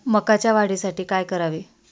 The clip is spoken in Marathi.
मकाच्या वाढीसाठी काय करावे?